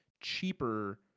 cheaper